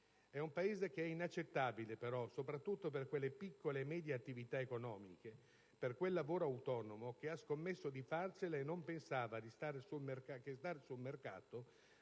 È un Paese inaccettabile, però, soprattutto per quelle piccole e medie attività economiche, per quel lavoro autonomo che ha scommesso di farcela e non pensava che stare sul mercato